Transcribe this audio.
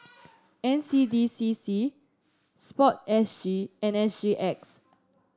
N C D C C sport S G and S G X